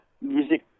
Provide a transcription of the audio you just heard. music